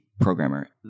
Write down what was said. programmer